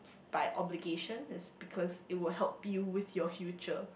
by obligation it's because it will help you with your future